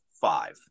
five